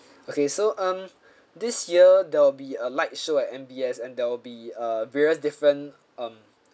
okay so um this year there will be a light show at M_B_S and there will be uh various different um